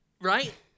Right